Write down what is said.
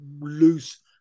loose